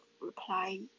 reply